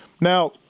Now